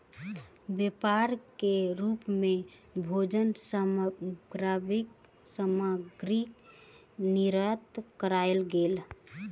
व्यापार के रूप मे भोजन सामग्री निर्यात कयल गेल